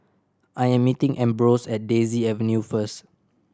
I am meeting Ambrose at Daisy Avenue first